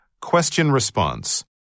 Question-Response